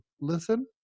listen